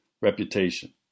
reputation